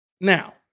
Now